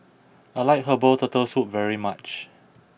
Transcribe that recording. I like Herbal Turtle Soup very much